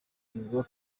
nibwo